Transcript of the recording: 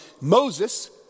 Moses